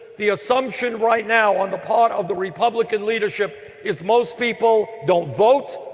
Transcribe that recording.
the assumption right now on the part of the republican leadership is most people don't vote,